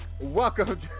Welcome